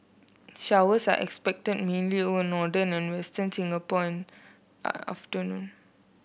showers are expected mainly over northern and western Singapore in the afternoon